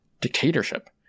dictatorship